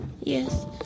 Yes